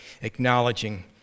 acknowledging